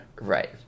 Right